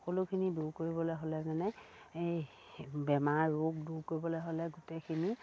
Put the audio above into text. সকলোখিনি দূৰ কৰিবলে হ'লে মানে এই বেমাৰ ৰোগ দূৰ কৰিবলে হ'লে গোটেইখিনি